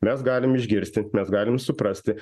mes galim išgirsti mes galim suprasti